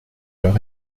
leur